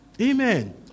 amen